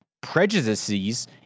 prejudices